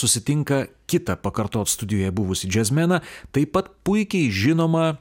susitinka kitą pakartot studijoje buvusi džiazmeną taip pat puikiai žinomą